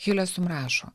hilesum rašo